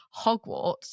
hogwarts